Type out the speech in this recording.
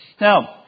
Now